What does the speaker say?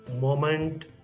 moment